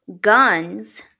guns